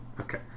okay